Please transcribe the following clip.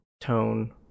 tone